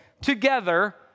together